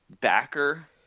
backer